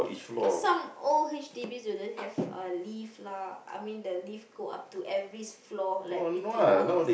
cause some old H_D_B they don't have a lift lah I mean the lift go up to every floor like B_T_O house